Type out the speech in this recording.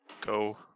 go